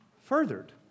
furthered